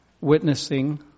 witnessing